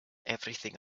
everything